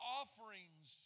offerings